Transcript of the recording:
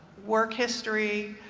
work history,